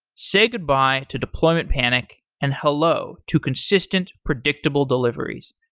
say goodbye to deployment panic and hello to consistent predictable deliveries.